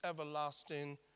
everlasting